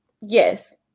yes